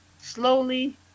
slowly